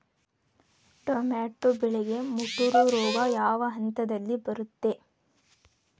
Tomato ಬೆಳೆಗೆ ಮುಟೂರು ರೋಗ ಯಾವ ಹಂತದಲ್ಲಿ ಬರುತ್ತೆ?